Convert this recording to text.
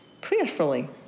prayerfully